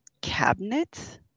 cabinet